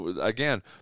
again